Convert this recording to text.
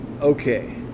Okay